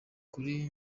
kuri